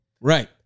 Right